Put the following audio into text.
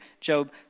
Job